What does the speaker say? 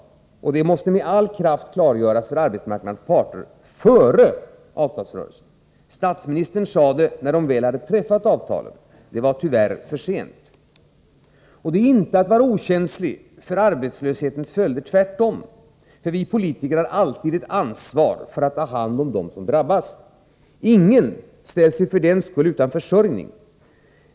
Det måste med all kraft klargöras för arbetsmarknadens parter — före avtalsrörelsen. Statsministern sade det när avtalen väl hade träffats. Det var tyvärr för sent. Detta är inte att vara okänslig inför arbetslöshetens följder — tvärtom. Vi politiker har alltid ett ansvar för att ta hand om dem som drabbas. Ingen ställs för den skull utan försörjning.